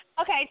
Okay